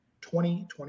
2020